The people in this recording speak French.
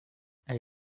elle